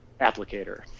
applicator